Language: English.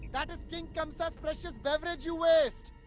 that is king kamsa's precious beverage you waste.